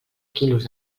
quilos